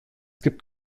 gibt